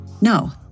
No